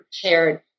prepared